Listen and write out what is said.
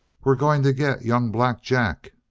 we're going to get young black jack!